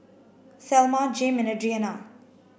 Thelma Jame and Adriana